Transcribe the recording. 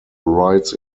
rights